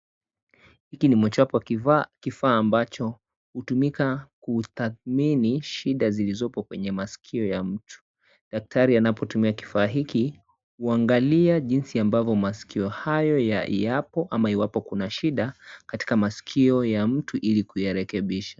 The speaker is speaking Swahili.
Hiki ni mojawapo wa kivaa kifaa ambacho hutumika kutathmini shida zilizopo kwenye maskio ya mtu, daktari anapotumia kifaa hiki huangalia jinsi ambavyo maskio hayo yapo ama iwapo kuna shida katika maskio ya mtu ili kuyarekebisha.